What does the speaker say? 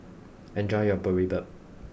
enjoy your Boribap